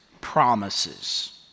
promises